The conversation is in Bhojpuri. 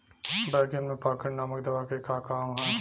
बैंगन में पॉकेट नामक दवा के का काम ह?